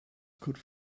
could